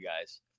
guys